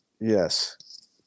yes